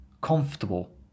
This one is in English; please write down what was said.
comfortable